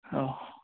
औ